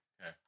okay